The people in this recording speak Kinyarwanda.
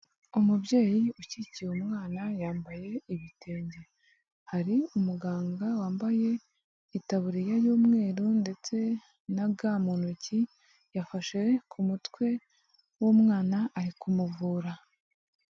Umubyeyi ukikiye umwana yambaye ibitenge, hari umuganga wambaye itaburiya y'umweru ndetse na ga mu ntoki, yafashe ku mutwe w'umwana ari kumuvura.